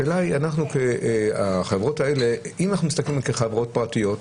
השאלה היא אם אנחנו מתסכלים על החברות האלה כחברות פרטיות,